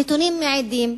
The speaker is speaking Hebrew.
הנתונים מעידים,